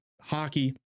hockey